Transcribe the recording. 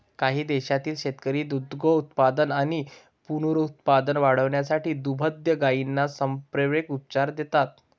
काही देशांतील शेतकरी दुग्धोत्पादन आणि पुनरुत्पादन वाढवण्यासाठी दुभत्या गायींना संप्रेरक उपचार देतात